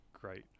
great